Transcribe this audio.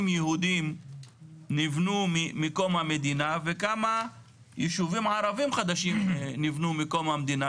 יהודיים נבנו מקום המדינה וכמה ישובים ערביים חדשים נבנו מקום המדינה,